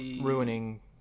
ruining